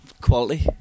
Quality